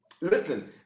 Listen